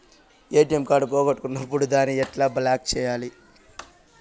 ATM card పోగొట్టుకున్నప్పుడు దాన్ని ఎట్లా బ్లాక్ సేయాలి